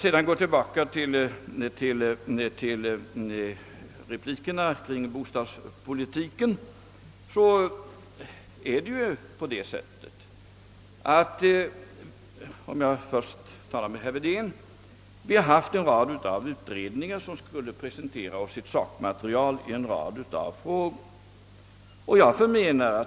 Beträffande bostadspolitiken har det, herr Wedén, skett utredningar som skulle presentera oss sakmaterial i en rad frågor.